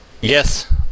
Yes